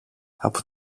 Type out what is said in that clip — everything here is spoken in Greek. από